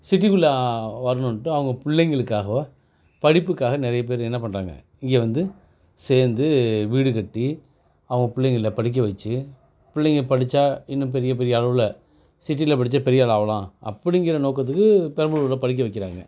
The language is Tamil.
சிட்டிக்குள்ளே வரணுட்டு அவங்க பிள்ளைங்களுக்காவோ படிப்புக்காக நிறைய பேர் என்ன பண்ணுறாங்க இங்கே வந்து சேர்ந்து வீடுக்கட்டி அவங்க பிள்ளைங்கள படிக்க வைச்சு பிள்ளைங்க படித்தா இன்னும் பெரிய பெரிய அளவில் சிட்டியில் படித்தா பெரிய ஆளாக ஆகலாம் அப்படிங்கிற நோக்கத்துக்கு பெரம்பலூரில் படிக்க வைக்கிறாங்க